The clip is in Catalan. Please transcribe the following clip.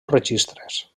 registres